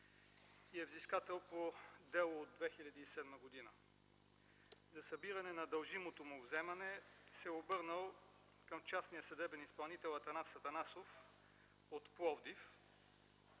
и е взискател по дело от 2007 г. За събиране на дължимото му вземане се обърнал към частния съдебен изпълнител Атанас Атанасов от Пловдив.